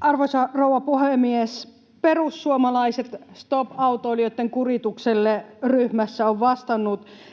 Arvoisa rouva puhemies! Perussuomalaiset on vastannut Stop autoilijoiden kuritukselle ‑ryhmässä,